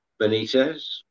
Benitez